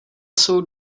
jsou